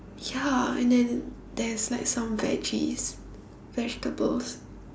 ya and then there's like some veggies vegetables